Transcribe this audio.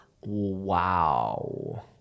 Wow